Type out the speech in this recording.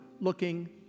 looking